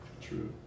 True